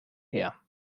her